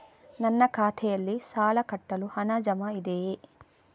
ನನ್ನ ಖಾತೆಯಲ್ಲಿ ಸಾಲ ಕಟ್ಟಲು ಹಣ ಜಮಾ ಇದೆಯೇ?